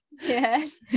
yes